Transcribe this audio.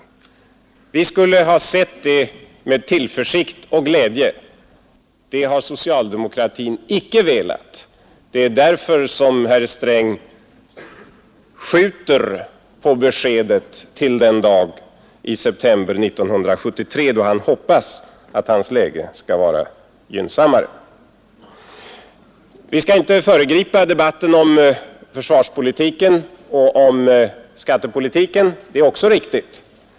Vi skulle ha sett det med tillförsikt och glädje. Socialdemokratin har emellertid inte velat göra detta. Därför skjuter herr Sträng på möjligheten att få besked till den dag i september 1973 då han hoppas att hans läge skall vara gynnsammare. Vi skall inte föregripa debatten om försvarspolitiken och om skattepolitiken — det är också riktigt.